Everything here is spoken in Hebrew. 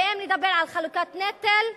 ואם נדבר על חלוקת נטל,